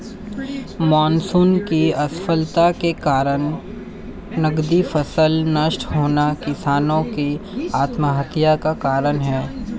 monsoon की असफलता के कारण नकदी फसल नष्ट होना किसानो की आत्महत्या का कारण है